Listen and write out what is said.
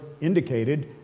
indicated